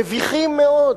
מביכים מאוד.